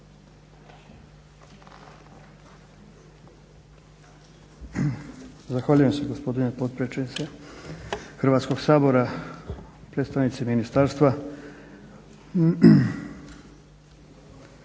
Zahvaljujem se gospodine potpredsjedniče Hrvatskog sabora. Predstavnici ministarstva.